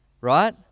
right